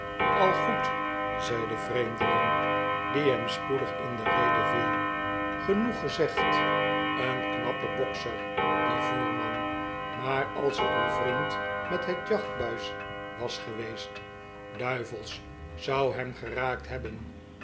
goedl zei de vreemdeling die hem spoedig in de rede viel genoeg gezegd een knappe bokser die voerman maar als ik uw vriend met het jachtbuis was geweest duivels zou hem geraakt hebben